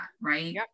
right